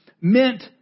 meant